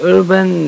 Urban